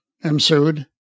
ensued